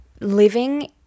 Living